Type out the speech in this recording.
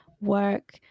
work